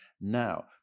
now